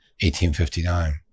1859